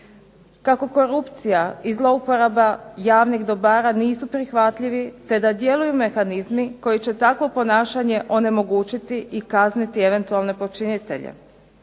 kako korupcija i zlouporaba javnih dobara nisu prihvatljivi, te da djeluju mehanizmi koji će takvo ponašanje onemogućiti i kazniti eventualne počinitelji.